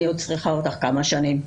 אני עוד צריכה אותך כמה שנים.